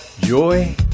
Joy